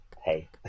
hey